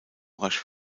rasch